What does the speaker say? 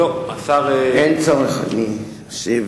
לא ברור אם הוא נפצע ממכת האלה,